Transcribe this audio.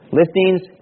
listings